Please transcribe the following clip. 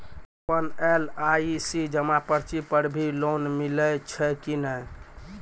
आपन एल.आई.सी जमा पर्ची पर भी लोन मिलै छै कि नै?